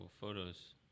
photos